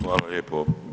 Hvala lijepo.